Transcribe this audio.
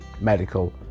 medical